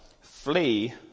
flee